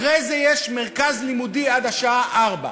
אחרי זה יש מרכז לימודי עד השעה 16:00,